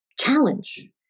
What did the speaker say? challenge